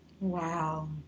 Wow